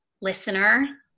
listener